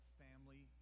family